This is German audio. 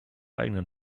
eigenen